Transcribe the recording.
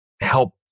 help